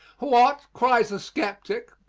what, cries the skeptic,